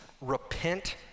repent